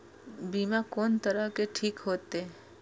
बीमा कोन तरह के ठीक होते?